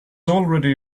already